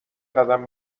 قدم